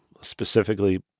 specifically